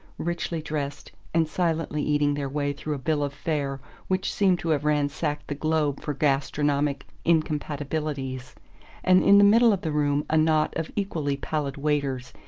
richly dressed, and silently eating their way through a bill-of-fare which seemed to have ransacked the globe for gastronomic incompatibilities and in the middle of the room a knot of equally pallid waiters,